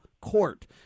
court